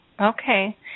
Okay